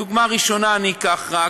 דוגמה ראשונה אני אקח רק,